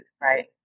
right